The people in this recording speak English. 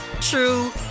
true